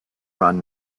run